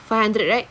five hundred right